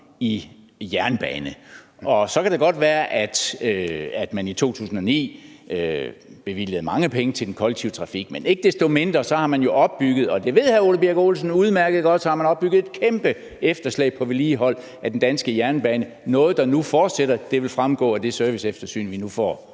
i jernbane. Og så kan det godt være, at man i 2009 bevilgede mange penge til den kollektive trafik, men ikke desto mindre har man jo opbygget – og det ved hr. Ole Birk Olesen udmærket godt – et kæmpe efterslæb på vedligehold af den danske jernbane, og det er noget, der nu fortsætter. Det vil fremgå af det serviceeftersyn, vi nu får,